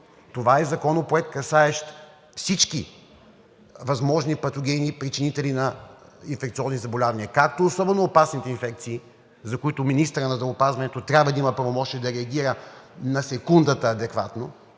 това е Законопроект, касаещ всички възможни патогени и причинители на инфекциозни заболявания, както особено опасните инфекции, за които министърът на здравеопазването трябва да има правомощие да реагира на секундата адекватно,